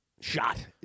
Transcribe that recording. shot